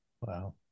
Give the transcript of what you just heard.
Wow